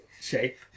shape